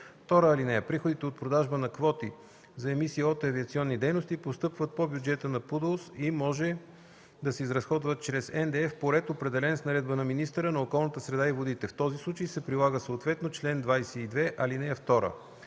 климата. (2) Приходите от продажбата на квоти за емисии от авиационни дейности постъпват по бюджета на ПУДООС и може да се разходват чрез НДЕФ по ред, определен с наредба на министъра на околната среда и водите. В този случай се прилага съответно чл. 22, ал. 2.